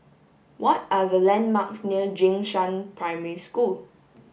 what are the landmarks near Jing Shan Primary School